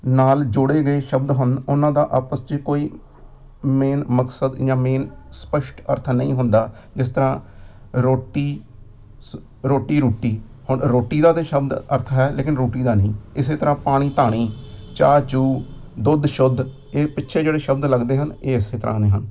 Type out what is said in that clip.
ਨਾਲ ਜੋੜੇ ਗਏ ਸ਼ਬਦ ਹਨ ਉਹਨਾਂ ਦਾ ਆਪਸ 'ਚ ਕੋਈ ਮੇਨ ਮਕਸਦ ਜਾਂ ਮੇਨ ਸਪੱਸ਼ਟ ਅਰਥ ਨਹੀਂ ਹੁੰਦਾ ਜਿਸ ਤਰ੍ਹਾਂ ਰੋਟੀ ਸ ਰੋਟੀ ਰੂਟੀ ਹੁਣ ਰੋਟੀ ਦਾ ਤਾਂ ਸ਼ਬਦ ਅਰਥ ਹੈ ਲੇਕਿਨ ਰੂਟੀ ਦਾ ਨਹੀਂ ਇਸੇ ਤਰ੍ਹਾਂ ਪਾਣੀ ਧਾਣੀ ਚਾਹ ਚੁਹ ਦੁੱਧ ਸ਼ੁੱਧ ਇਹ ਪਿੱਛੇ ਜਿਹੜੇ ਸ਼ਬਦ ਲੱਗਦੇ ਹਨ ਇਹ ਇਸ ਤਰ੍ਹਾਂ ਦੇ ਹਨ